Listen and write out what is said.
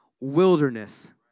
wilderness